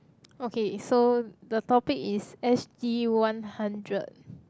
okay so the topic is S_G-one-hundred